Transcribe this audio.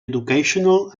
educational